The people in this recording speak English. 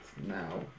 now